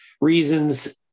reasons